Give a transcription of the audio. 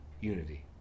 unity